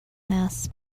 mass